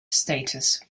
status